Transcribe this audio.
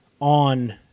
on